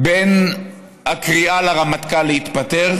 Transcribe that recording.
בין הקריאה לרמטכ"ל להתפטר